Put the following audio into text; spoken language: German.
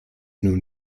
nun